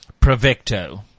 Provecto